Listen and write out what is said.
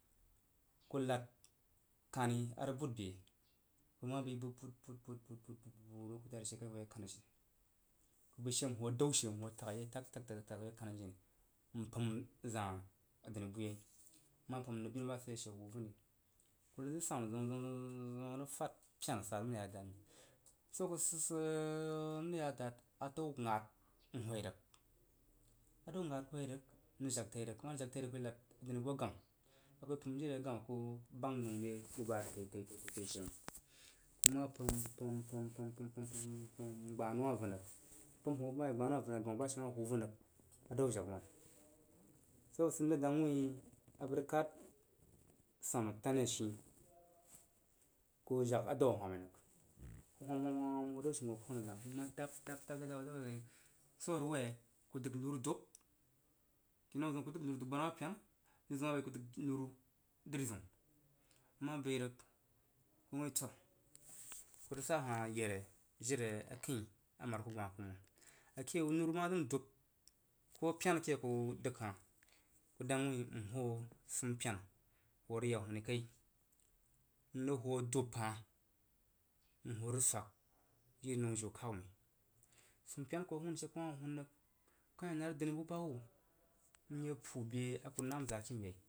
Uhad kani a rəg bud be bəg ma bəi bud bud bud hoo hoo dari she kai n hoo ye kan ajini a bəi she n hoo a dan she n ho ye tag ye tag tag tag ye kan ajini m pəm za'ah a dani bu yei mma pəm rəg binu ba sid re ye she huu rəg funi a rəg sanu zən zəu zəun rəg fad pen sara n mon ya dad məng swo abəg sid sid sid in rəgya da a dao gad n hwoi rəg adao gad n whoi rəg n rəg jag tai rəg n ma rəg shag tai rəg anad adə nibu agamah jiri agama ku bang nəure bu ba rəg tai tai she məng mma pəm pəm pəm pəm n gbah nəu wah vunrəg mpəm mpəm mma gbha nəu wah vun rəg, agammah bashe ma huu vunris adao jag woni swo sid n rəg demg wui bəg vəg kad sanu tani ashin ku jagadao a luhamb rəg, ku whamb whamb hoo adau she hoo kon a zong mma dab dab, dab re gwo arəg woi ku dəg nuru dub kinauzəu ku dəg nuru dub gbanawah pena kina zəun ku dəg nuru dri zəun kuma bəi rəg ku wui toh kurəg sa yeri'a jiri a kəin amaru ku gbah kuməng ake yau nura ma zim dbu ko pena ke aku dəg hah ku dang wuin n hoo sunpena n hoo rəg ya hun kai n hoo dub n hoo rəg ya huni kai n hoo dub n hoo rəg swag jiri nəu jiu kau məi. Sunpena a ku hoo rəg hun she kuma hun rəg ku kah ye nar adənibuba hub nye puu be aku rəg nam zakim yei.